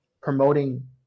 promoting